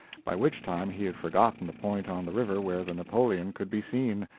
by which time he had forgotten the point on the river where the napoleon could be seen,